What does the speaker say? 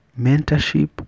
mentorship